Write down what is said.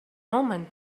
omen